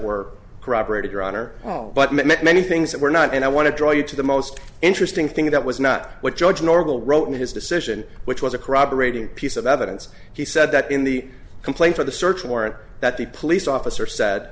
met many things that were not and i want to draw you to the most interesting thing that was not what george normal wrote in his decision which was a corroborating piece of evidence he said that in the complaint for the search warrant that the police officer sa